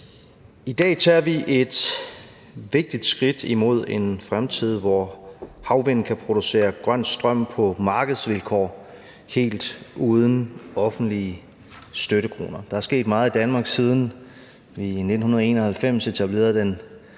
I dag tager vi et vigtigt skridt hen imod en fremtid, hvor der kan produceres grøn strøm fra havvind på markedsvilkår helt uden offentlige støttekroner. Der er sket meget i Danmark, siden vi i 1991 etablerede den